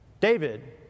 David